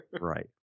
Right